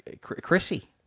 chrissy